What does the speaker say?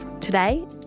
Today